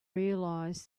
realized